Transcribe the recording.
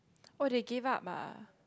oh they gave up ah